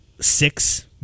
six